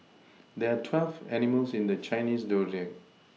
there are twelve animals in the Chinese zodiac